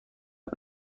وسط